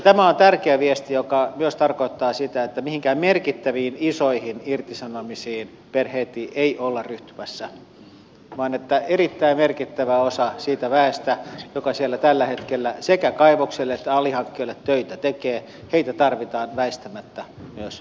tämä on tärkeä viesti joka myös tarkoittaa sitä että mihinkään merkittäviin isoihin irtisanomisiin per heti ei olla ryhtymässä vaan että erittäin merkittävää osaa siitä väestä joka siellä tällä hetkellä sekä kaivokselle että alihankkijoille töitä tekee tarvitaan väistämättä myös jatkossa